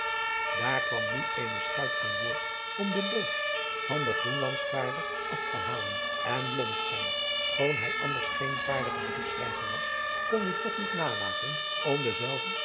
daar kwam nu eene schuit aan boord om den loots van den groenlandsvaarder af te halen en blommesteyn schoon hij anders geen vaardige briefschrijver was kon nu toch niet nalaten om denzelven